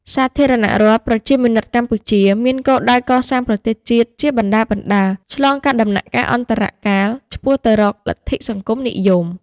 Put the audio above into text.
សាធារណរដ្ឋប្រជាមានិតកម្ពុជា មានគោលដៅកសាងប្រទេសជាតិជាបណ្តើរៗ ឆ្លងកាត់ដំណាក់កាលអន្តរកាលឆ្ពោះទៅរកលទ្ធិសង្គមនិយម។